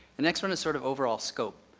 the next one is sort of overall scope.